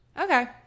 okay